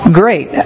great